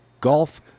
golf